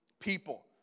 people